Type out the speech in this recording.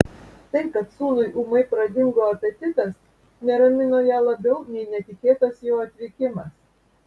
tai kad sūnui ūmai pradingo apetitas neramino ją labiau nei netikėtas jo atvykimas